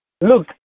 Look